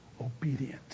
obedient